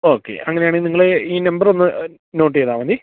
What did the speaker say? okay അങ്ങനെയാണെങ്കില് നിങ്ങള് ഈ നമ്പറൊന്ന് നോട്ട് ചെയ്താല് മതി